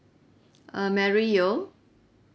I'm mary yeo